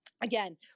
again